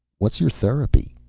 what's your therapy?